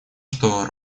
что